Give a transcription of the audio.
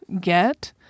get